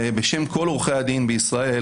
ובשם כל עורכי הדין בישראל,